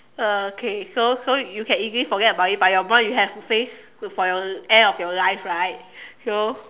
uh okay so so you can easily forget about it but your mom you have to face with for your end of your life right so